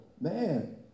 Man